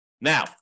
Now